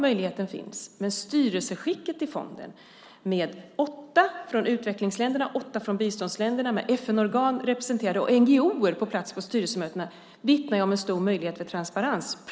Men styrelseskicket i fonden, med åtta från utvecklingsländerna, åtta från biståndsländerna, och representanter för FN-organ och NGO:er på plats på styrelsemötena vittnar ju om en stor möjlighet till transparens.